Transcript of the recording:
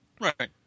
Right